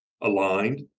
aligned